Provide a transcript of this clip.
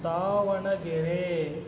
Davanagere